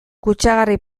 kutsagarri